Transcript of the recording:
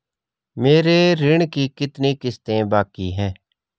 मेरे ऋण की कितनी किश्तें बाकी हैं?